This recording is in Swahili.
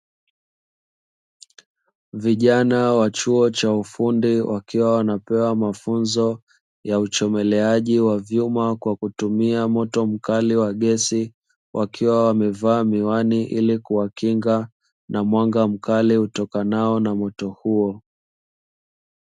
Vijana wa chuo cha ufundi wakiwa wanapewa mafunzo ya uchomeleaji wa vyuma kwa kutumia moto mkali wa gesi, wakiwa wamevaa miwani ili kuwakinga na mwanga mkali utokanao na moto huo.